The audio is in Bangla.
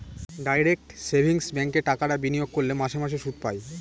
ডাইরেক্ট সেভিংস ব্যাঙ্কে টাকা বিনিয়োগ করলে মাসে মাসে সুদ পায়